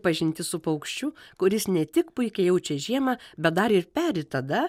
pažintis su paukščiu kuris ne tik puikiai jaučia žiemą bet dar ir peri tada